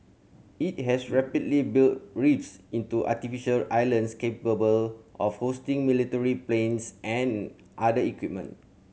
it has rapidly built reefs into artificial islands capable of hosting military planes and other equipment